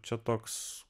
čia toks